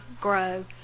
grow